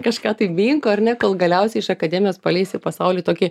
kažką tai minko ar ne kol galiausiai iš akademijos paleis į pasaulį tokį